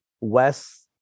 Wes